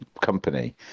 company